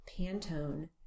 Pantone